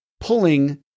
pulling